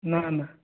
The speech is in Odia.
ନା ନା